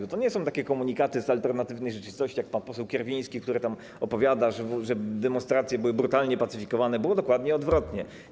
Bo to nie są komunikaty z alternatywnej rzeczywistości, jak pan poseł Kierwiński opowiada, że demonstracje były brutalnie pacyfikowane - było dokładnie odwrotnie.